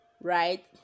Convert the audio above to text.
right